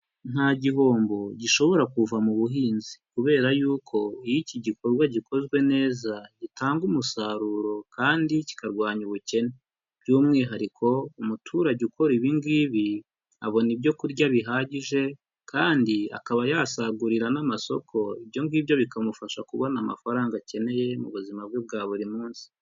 Nta gihombo gishobora kuva mu buhinzi, kubera yuko iyo iki gikorwa gikozwe neza gitanga umusaruro kandi kikarwanya ubukene, by'umwihariko umuturage ukora ibi ngibi abona ibyo kurya bihagije kandi akaba yasagurira n'amasoko, ibyo ngibyo bikamufasha kubona amafaranga akeneye mu buzima bwe bwa buri munsi.